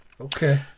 Okay